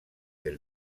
del